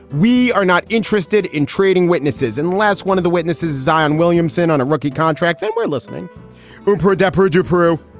we are not interested in trading witnesses. in the last one of the witnesses, zion williamson, on a rookie contract. they were listening room for adepero to peru.